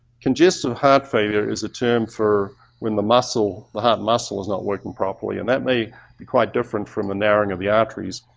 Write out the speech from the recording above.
congestive heart failure is a term for when the muscle, the heart muscle is not working properly and that may be quite different from a narrowing of the arteries.